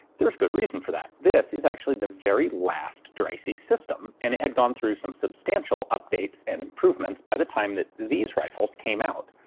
there's good reason for that. this is actually the very last dreyse system, and it had gone through some substantial updates and improvements by the time that these rifles came out.